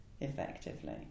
effectively